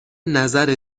نظر